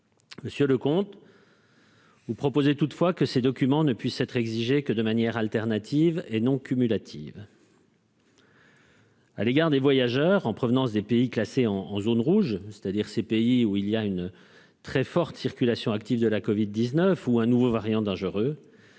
monsieur le Leconte. Vous proposez toutefois que ces documents ne puisse être exigé que de manière alternative et non cumulatives. à l'égard des voyageurs en provenance des pays classés en zone rouge, c'est-à-dire ces pays où il y a une très forte circulation active de la Covid 19 ou un nouveau variant dangereux,